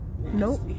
Nope